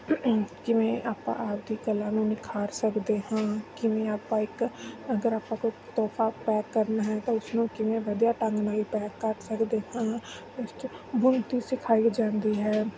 ਕਿਵੇਂ ਆਪਾਂ ਆਪਣੀ ਕਲਾ ਨੂੰ ਨਿਖਾਰ ਸਕਦੇ ਹਾਂ ਕਿਵੇਂ ਆਪਾਂ ਇੱਕ ਅਗਰ ਆਪਾਂ ਕੋਈ ਤੋਹਫ਼ਾ ਪੈਕ ਕਰਨਾ ਹੈ ਤਾਂ ਉਸ ਨੂੰ ਕਿਵੇਂ ਵਧੀਆ ਢੰਗ ਨਾਲ ਪੈਕ ਕਰ ਸਕਦੇ ਹਾਂ ਇਸ 'ਚ ਬੁਣਤੀ ਸਿਖਾਈ ਜਾਂਦੀ ਹੈ